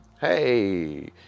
hey